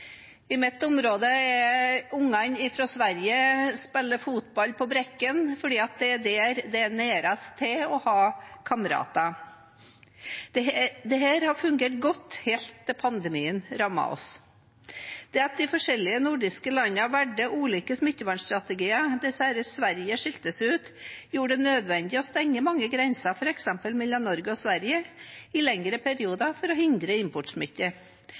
I mitt område spiller ungene fra Sverige fotball på Brekken, fordi det er det stedet som er nærmest til å ha kamerater. Dette har fungert godt, helt til pandemien rammet oss. Det at de forskjellige nordiske landene valgte ulike smittevernstrategier, der særlig Sverige skilte seg ut, gjorde det nødvendig å stenge mange grenser, f.eks. mellom Norge og Sverige, i lengre perioder for å hindre